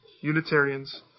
Unitarians